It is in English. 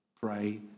pray